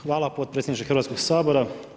Hvala potpredsjedniče Hrvatskog sabora.